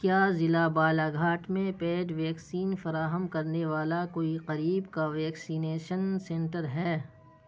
کیا ضلع بالاگھاٹ میں پیڈ ویکسین فراہم کرنے والا کوئی قریب کا ویکسینیشن سینٹر ہے